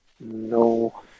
no